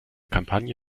kampagne